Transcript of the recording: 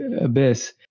abyss